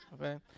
Okay